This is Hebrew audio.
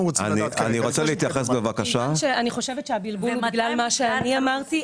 אני חושבת שהבלבול הוא בגלל מה שאני אמרתי.